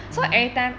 mmhmm